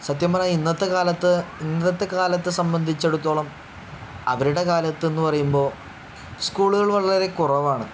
സത്യം പറഞ്ഞാൽ ഇന്നത്തെ കാലത്ത് ഇന്നത്തെ കാൽ സംബന്ധിച്ചിടത്തോളം അവരുടെ കാലത്ത് എന്ന് പറയുമ്പോൾ സ്കൂളുകൾ വളരെ കുറവാണ്